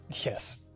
Yes